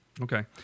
Okay